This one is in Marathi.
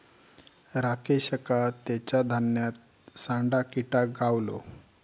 राकेशका तेच्या धान्यात सांडा किटा गावलो